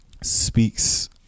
speaks